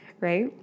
right